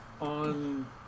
on